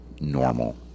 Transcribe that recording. normal